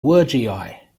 were